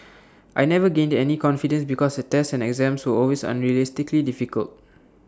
I never gained any confidence because the tests and exams were always unrealistically difficult